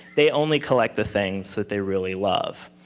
they only collect the things that they really love.